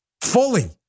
fully